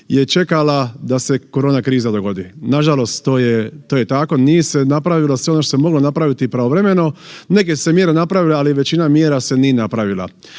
je čekala da se korona kriza dogodi. Nažalost, to je, to je tako, nije se napravilo sve ono što se moglo napraviti pravovremeno. Neke su se mjere napravile, ali većina mjera se nije napravila.